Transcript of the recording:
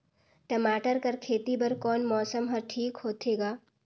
टमाटर कर खेती बर कोन मौसम हर ठीक होथे ग?